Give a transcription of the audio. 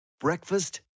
Breakfast